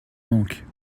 manques